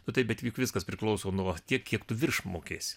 nu tai bet juk viskas priklauso nuo tiek kiek tų virš mokės